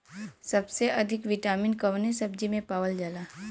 सबसे अधिक विटामिन कवने सब्जी में पावल जाला?